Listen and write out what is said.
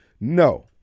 No